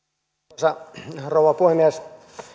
arvoisa rouva puhemies